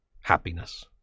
happiness